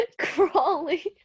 Crawly